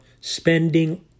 spending